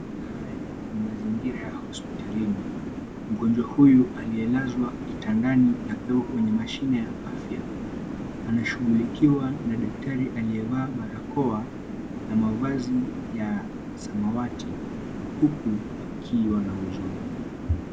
Haya ni mazingira ya hospitalini. Mgonjwa huyu aliyelazwa kitandanina kuwekwa kwenye mashine ya afya. Ana shugulikiwa na daktari aliyevaa barakoa na mavazi ya samawati huku akiwa na huzuni